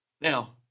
Now